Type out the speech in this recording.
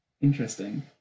Interesting